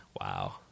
Wow